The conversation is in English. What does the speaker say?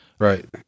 right